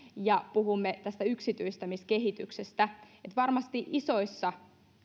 ja puhumme tästä yksityistämiskehityksestä varmasti isoissa